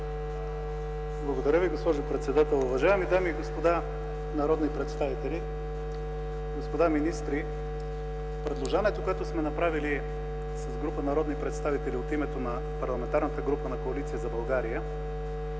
Благодаря Ви, госпожо председател. Уважаеми дами и господа народни представители, господа министри! Предложението, което сме направили с група народни представители от името на Парламентарната група на Коалиция за България,